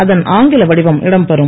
அதன் ஆங்கில வடிவம் இடம்பெறும்